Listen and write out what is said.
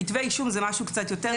כתבי אישום זה משהו יותר כללי.